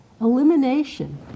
elimination